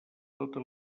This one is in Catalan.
totes